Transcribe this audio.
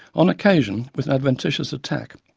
on occasion, with an adventitious attack,